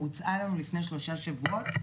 והוצע לנו לפני שלושה שבועות,